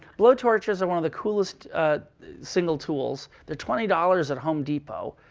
blow torches are one of the coolest single tools. they're twenty dollars at home depot.